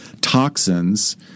toxins